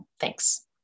Thanks